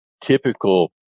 typical